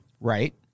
Right